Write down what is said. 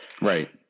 Right